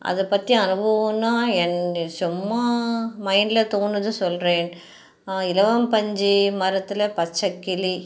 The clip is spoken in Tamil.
அதைப் பற்றி அனுபவோம்னா எனக்கு சும்மா மைண்டில் தோணுறத சொல்கிறேன் இலவம்பஞ்சு மரத்தில் பச்சைக்கிளி